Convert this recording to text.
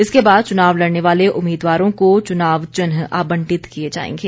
इसके बाद चुनाव लड़ने वाले उम्मीदवारों को चुनाव चिन्ह आबंटित किए जाएंगे